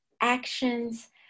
actions